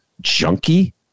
junkie